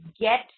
get